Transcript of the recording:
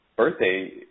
birthday